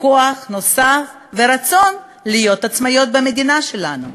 כוח נוסף ורצון להיות עצמאיות במדינה שלנו.